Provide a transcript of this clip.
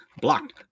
blocked